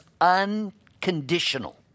unconditional